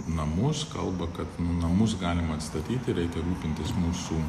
namus kalba kad nu namus galima atstatyti reikia rūpintis mūsų